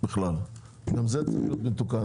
גם זה צריך להיות מתוקן.